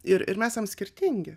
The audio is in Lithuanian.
ir ir mes esam skirtingi